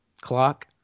clock